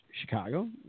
Chicago